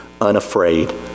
unafraid